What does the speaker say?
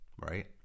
Right